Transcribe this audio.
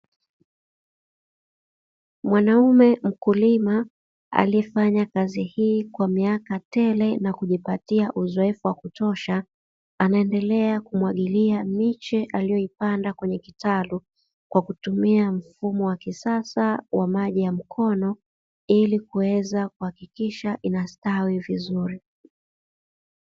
Mwanaume mkulima aliyefanya kazi hii kwa miaka tele na kujipatia uzoefu wa kutosha, anaendelea kumwagilia miche aliyoipanda kwenye kitalu kwa kutumia mfumo wa kisasa wa maji ya mkono ili kuweza kuhakikisha inastawi vizuri.